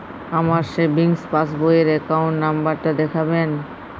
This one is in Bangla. আমার সেভিংস পাসবই র অ্যাকাউন্ট নাম্বার টা দেখাবেন?